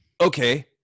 okay